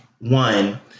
One